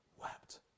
wept